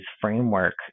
framework